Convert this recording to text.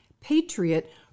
patriot